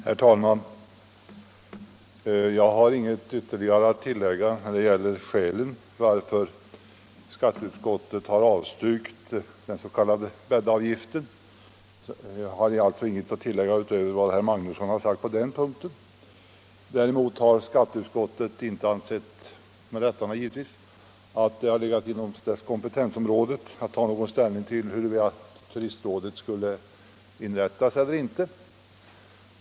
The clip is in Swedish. Herr talman! Jag har ingenting att tillägga utöver vad herr Magnusson i Borås har sagt när det gäller skälen till att skatteutskottet har avstyrkt den s.k. bäddavgiften. Däremot har skatteutskottet inte ansett — givetvis med rätta — att det legat inom dess kompetensområde att ta någon ställning till frågan, huruvida detta turistråd skulle inrättas eller inte.